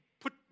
put